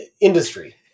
industry